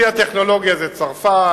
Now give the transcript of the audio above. שיא הטכנולוגיה זה צרפת,